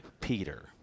Peter